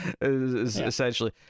essentially